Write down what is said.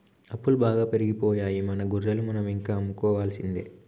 అప్పులు బాగా పెరిగిపోయాయి మన గొర్రెలు మనం ఇంకా అమ్ముకోవాల్సిందే